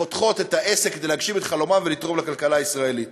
ופותחות את העסק כדי להגשים את חלומן ולתרום לכלכלה הישראלית.